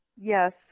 Yes